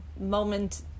moment